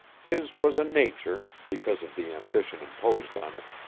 his was a nature, because of the ambition imposed on it,